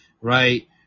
right